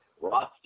roster